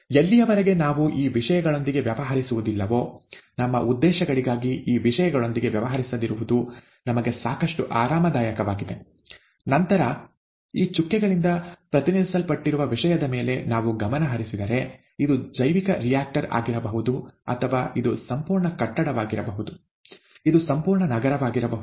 ಎಲ್ಲಿಯವರೆಗೆ ನಾವು ಈ ವಿಷಯಗಳೊಂದಿಗೆ ವ್ಯವಹರಿಸುವುದಿಲ್ಲವೋ ನಮ್ಮ ಉದ್ದೇಶಗಳಿಗಾಗಿ ಈ ವಿಷಯಗಳೊಂದಿಗೆ ವ್ಯವಹರಿಸದಿರುವುದು ನಮಗೆ ಸಾಕಷ್ಟು ಆರಾಮದಾಯಕವಾಗಿದೆ ನಂತರ ಈ ಚುಕ್ಕೆಗಳಿಂದ ಪ್ರತಿನಿಧಿಸಲ್ಪಟ್ಟಿರುವ ವಿಷಯದ ಮೇಲೆ ನಾವು ಗಮನ ಹರಿಸಿದರೆ ಇದು ಜೈವಿಕ ರಿಯಾಕ್ಟರ್ ಆಗಿರಬಹುದು ಅಥವಾ ಇದು ಸಂಪೂರ್ಣ ಕಟ್ಟಡವಾಗಿರಬಹುದು ಇದು ಸಂಪೂರ್ಣ ನಗರವಾಗಿರಬಹುದು